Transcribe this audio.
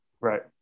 Right